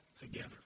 together